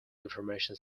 information